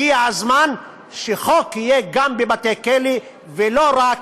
הגיע הזמן שחוק יהיה גם בבתי-כלא, ולא רק,